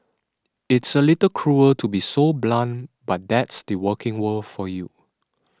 it's a little cruel to be so blunt but that's the working world for you